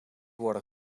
worden